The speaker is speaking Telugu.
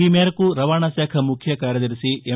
ఈ మేరకు రవాణా శాఖ ముఖ్య కార్యదర్శి ఎం